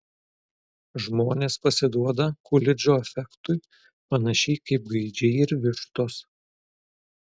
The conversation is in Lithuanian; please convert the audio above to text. žmonės pasiduoda kulidžo efektui panašiai kaip gaidžiai ir vištos